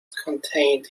contained